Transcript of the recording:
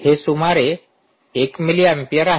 विद्यार्थीः हे सुमारे 1 मिली एम्पीअर आहे